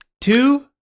Two